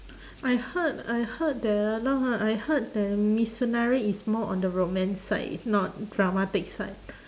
I heard I heard that ah now I heard that mitsunari is more on the romance side if not dramatic side